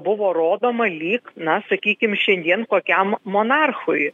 buvo rodoma lyg na sakykim šiandien kokiam monarchui